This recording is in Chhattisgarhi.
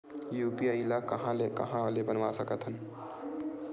यू.पी.आई ल कहां ले कहां ले बनवा सकत हन?